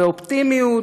ואופטימיות,